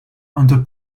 under